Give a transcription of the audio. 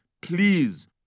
please